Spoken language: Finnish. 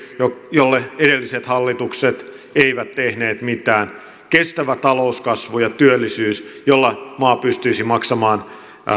jolle edelliset hallitukset eivät tehneet mitään kestävä talouskasvu ja työllisyys jolla maa pystyisi maksamaan